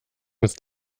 ist